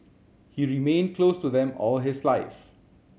he remained close to them all his life